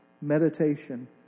meditation